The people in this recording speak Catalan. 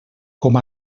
com